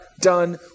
done